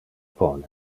pone